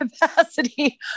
capacity